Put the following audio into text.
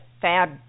fab